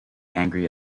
angry